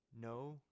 no